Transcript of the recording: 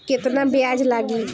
केतना ब्याज लागी?